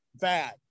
Bad